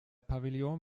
pavillon